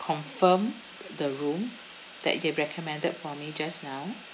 confirm the room that you recommended for me just now